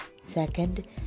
Second